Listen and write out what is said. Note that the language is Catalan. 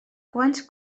quants